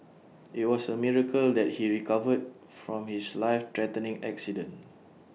IT was A miracle that he recovered from his life threatening accident